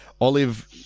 olive